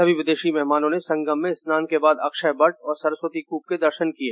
सभी विदेशी मेहमानों ने संगम में स्नान के साथ अक्षय वट और सरस्वती कूप के दर्शन किये